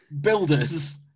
builders